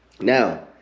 Now